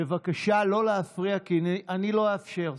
בבקשה לא להפריע, כי אני לא אאפשר זאת.